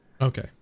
Okay